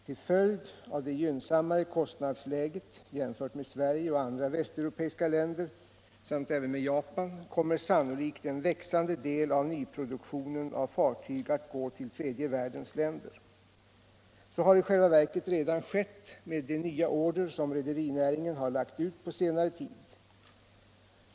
Till följd av det gynnsammare kostnadsläget, jämfört med Sverige och andra västeuropeiska länder samt även med Japan, kommer sannolikt en växande del av nyproduktionen av fartyg att gå till tredje världens länder. Så har i själva verket redan skett med de nya order som rederinäringen har lagt ut på senare tid.